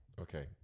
Okay